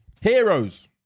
heroes